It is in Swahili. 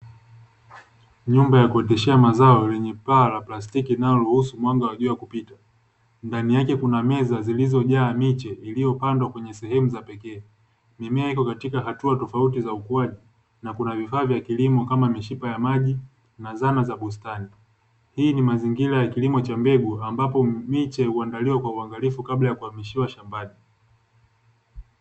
Jumba la kuoteshea mazao lenye paa la plastiki linaloruhusu mwanga wa jua kupita, ndani yake kuna meza zilizojaa miche iliyopandwa kwenye sehemu za pekee, mimea iko katika hatua tofauti za ukuaji na kuna vifaa vya kilimo kama: mishipa ya maji na zana za bustani, hii ni mazingira ya kilimo cha mbegu ambapo miche huandaliwa kwa uangalifu, kabla ya kuhamishiwa shambani.